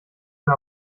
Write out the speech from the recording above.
mir